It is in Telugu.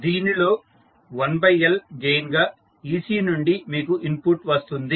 దీనిలో 1L గెయిన్ గా ec నుండి మీకు ఇన్పుట్ వస్తుంది